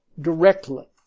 directly